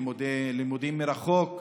לימודים מרחוק.